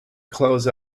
close